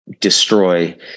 destroy